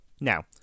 Now